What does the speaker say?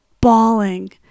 bawling